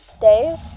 Days